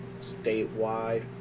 statewide